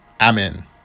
amen